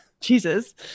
Jesus